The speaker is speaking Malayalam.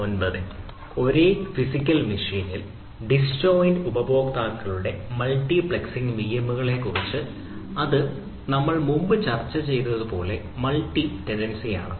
ഒരേ ഫിസിക്കൽ മെഷീനിൽ ഡിസ്ജോയ്ന്റ് ഉപഭോക്താക്കളുടെ മൾട്ടിപ്ലക്സിംഗ് വിഎമ്മുകളെക്കുറിച്ച് നമ്മൾ മുമ്പ് ചർച്ച ചെയ്തതുപോലെ മൾട്ടി ടെനൻസി ആണ്